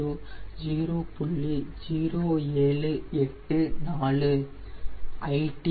0784 it 0